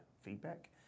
feedback